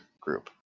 group